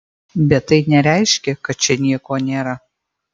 bet tai nereiškia kad čia nieko nėra